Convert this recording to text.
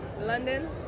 London